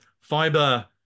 Fiber